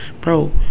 bro